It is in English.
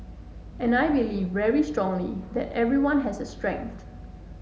and I believe very strongly that everyone has a strength